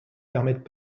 permettent